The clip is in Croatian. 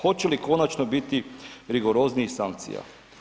Hoće li konačno biti rigoroznijih sankcija?